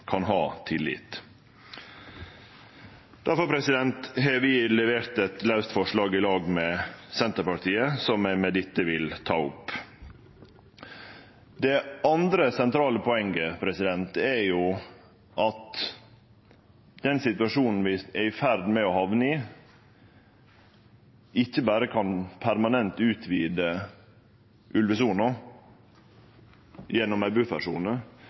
kan ha tillit. Difor har vi levert eit laust forslag i lag med Senterpartiet. Det andre sentrale poenget er at den situasjonen vi er ferd med å hamne i, ikkje berre kan utvide ulvesona permanent gjennom ei